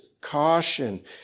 caution